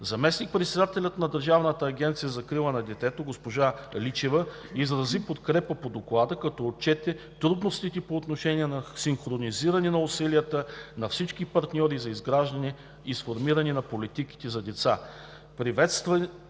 Заместник-председателят на Държавната агенция за закрила на детето госпожа Личева изрази подкрепа по Доклада, като отчете трудностите по отношение на синхронизиране на усилията на всички партньори за изграждане и сформиране на политиките за деца.